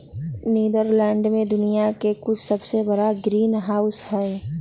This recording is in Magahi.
नीदरलैंड में दुनिया के कुछ सबसे बड़ा ग्रीनहाउस हई